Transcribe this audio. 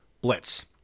blitz